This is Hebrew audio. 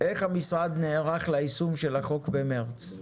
איך המשרד נערך ליישום של החוק במרץ.